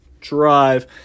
drive